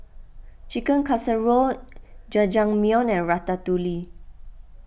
Chicken Casserole Jajangmyeon and Ratatouille